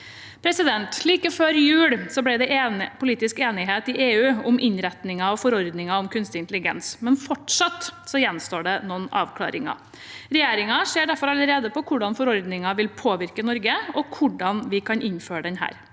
Like før jul ble det politisk enighet i EU om innretningen av forordningen om kunstig intelligens, men fortsatt gjenstår det noen avklaringer. Regjeringen ser derfor allerede på hvordan forordningen vil påvirke Norge, og hvordan vi kan innføre den